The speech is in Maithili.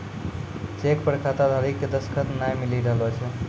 चेक पर खाताधारी के दसखत नाय मिली रहलो छै